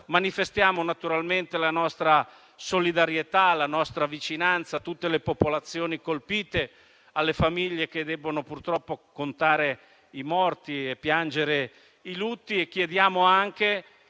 Manifestiamo, naturalmente, la nostra solidarietà e la nostra vicinanza a tutte le popolazioni colpite e alle famiglie che devono purtroppo contare e piangere i propri morti e chiediamo anche